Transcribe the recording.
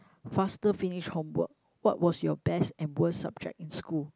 faster finish homework what was your best and worst subject in school